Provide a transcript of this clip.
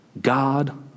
God